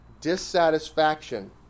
dissatisfaction